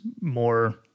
more